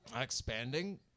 expanding